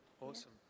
Awesome